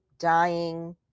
Dying